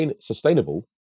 sustainable